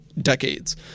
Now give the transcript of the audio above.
decades